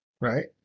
right